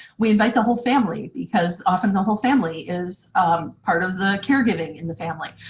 we invite the whole family, because often the whole family is part of the caregiving in the family.